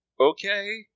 okay